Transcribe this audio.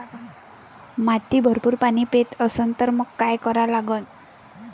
माती भरपूर पाणी पेत असन तर मंग काय करा लागन?